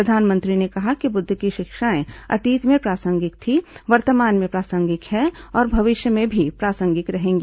प्रधानमंत्री ने कहा कि बुद्ध की शिक्षाएं अतीत में प्रासंगिक थीं वर्तमान में प्रासंगिक हैं और भविष्य में भी प्रासंगिक रहेंगी